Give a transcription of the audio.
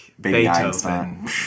Beethoven